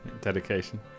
Dedication